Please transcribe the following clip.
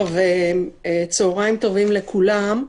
צוהריים טובים לכולם.